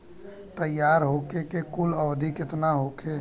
तैयार होखे के कुल अवधि केतना होखे?